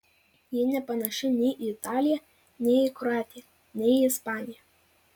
ji nepanaši nei į italiją nei į kroatiją nei į ispaniją